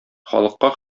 халыкка